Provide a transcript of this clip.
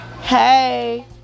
Hey